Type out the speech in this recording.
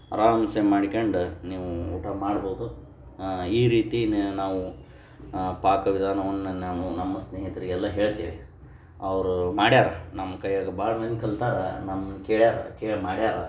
ಆರಾಮ್ಸೇ ಮಾಡಿಕೊಂಡು ನೀವು ಊಟ ಮಾಡ್ಬೋದು ಈ ರೀತಿ ನ್ ನಾವು ಪಾಕ ವಿಧಾನವನ್ನು ನಾನು ನಮ್ಮ ಸ್ನೇಹಿತರಿಗೆಲ್ಲ ಹೇಳ್ತೇವೆ ಅವರು ಮಾಡ್ಯಾರೆ ನಮ್ಮ ಕೈಯಾಗೆ ಭಾಳ ಮಂದಿ ಕಲ್ತ್ಯಾರೆ ನಮ್ಮ ಕೇಳ್ಯಾರೆ ಕೇಳಿ ಮಾಡ್ಯಾರೆ